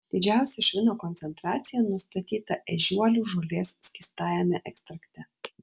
didžiausia švino koncentracija nustatyta ežiuolių žolės skystajame ekstrakte